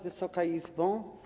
Wysoka Izbo!